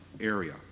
area